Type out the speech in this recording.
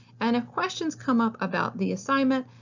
and if questions come up about the assignment,